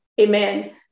amen